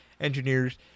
engineers